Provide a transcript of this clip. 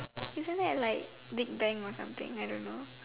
isn't that like Big-Bang or something I don't know